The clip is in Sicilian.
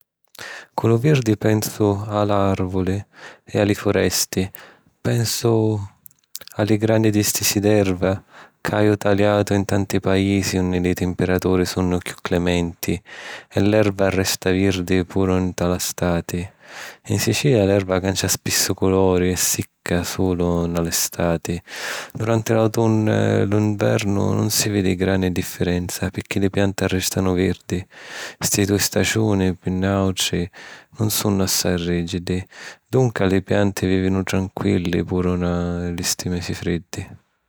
Cu lu virdi pensu a l’àrvuli e a li foresti. Pensu a li granni distisi d’erva ca haju taliatu in tanti paisi unni li timpiraturi sunnu chiù clementi e l’erva arresta virdi puru nni la stati. 'N Sicilia, l’erva cancia spissu culuri e sicca sulu nni la stati. Duranti l'autunnu e lu nvernu nun si vidi granni differenza picchì li pianti arrèstanu virdi. Sti dui staciuni, pi nuàutri, nun sunnu assai rìgidi, dunca li pianti vìvinu tranquilli puru na... nni li misi friddi.